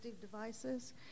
devices